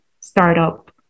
startup